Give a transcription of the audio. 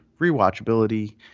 rewatchability